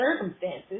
circumstances